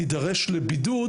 תידרש לבידוד,